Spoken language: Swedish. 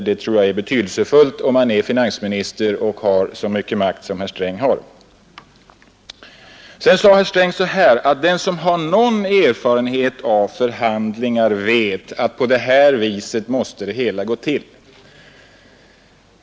Och det är även betydelsefullt om man är finansminister och har så mycket makt som herr Sträng har. Sedan sade herr Sträng att den som har någon erfarenhet av förhandlingar vet att så här måste det gå till.